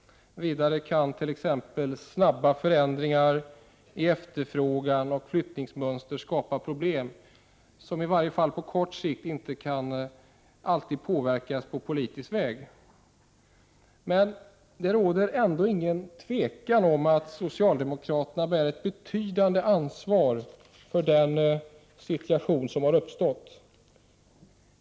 Vidare kan t.ex. snabba förändringar i efterfrågan och flyttningsmönstren skapa problem som i varje fall på kort sikt inte alltid kan påverkas på politisk väg. Men det råder inget tvivel om att socialdemokraterna bär ett betydande ansvar för den situation som har uppstått.